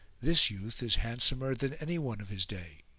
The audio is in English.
this youth is handsomer than any one of his day.